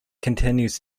continues